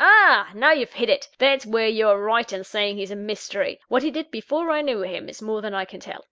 ah! now you've hit it that's where you're right in saying he's a mystery. what he did before i knew him, is more than i can tell